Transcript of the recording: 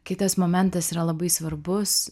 kitas momentas yra labai svarbus